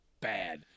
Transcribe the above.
bad